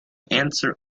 answer